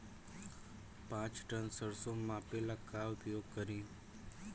पाँच टन सरसो मापे ला का उपयोग करी?